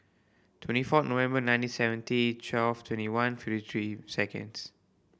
twenty four November nineteen seventy twelve twenty one fifty three seconds